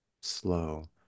slow